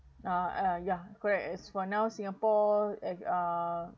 uh uh ya correct as for now singapore has uh